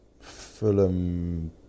Fulham